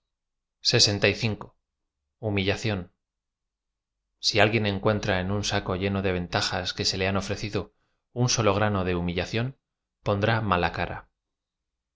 ú n si alguien encuentra en un saco lleno de ventajas que se le ha ofrecido uo solo grano de humillación pondrá m ala cara